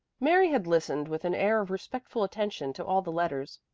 mary had listened with an air of respectful attention to all the letters.